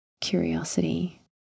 curiosity